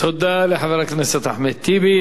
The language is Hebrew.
תודה לחבר הכנסת אחמד טיבי.